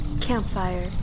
Campfire